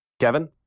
Kevin